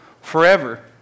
forever